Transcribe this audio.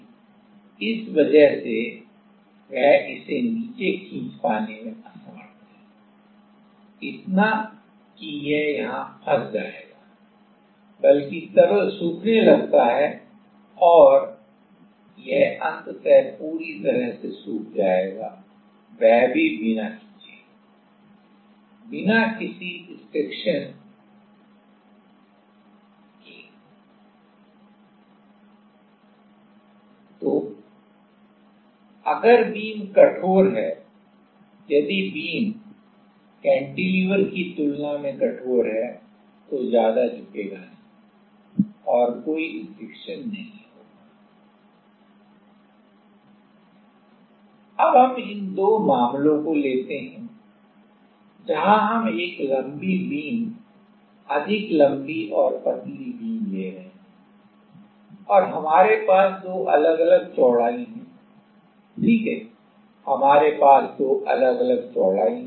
इसलिए इस वजह से वह इसे नीचे खींच पाने में असमर्थ है इतना कि यह यहाँ फंस जाएगा बल्कि तरल सूखने लगता है और यह अंततः पूरी तरह से सूख जाएगा और वह भी बिना खींचे बिना किसी स्टेक्सन स्टिक्शन के तो अगर बीम कठोर है यदि बीम कैंटिलीवर की तुलना में कठोर है तो ज्यादा नहीं झुकेगा और कोई स्टिक्शन नहीं होगा अब हम इन दो मामलों को लेते हैं जहां हम एक लंबी बीम अधिक लंबी और पतली बीम ले रहे हैं और हमारे पास दो अलग अलग चौड़ाई हैं ठीक है हमारे पास दो अलग अलग चौड़ाई हैं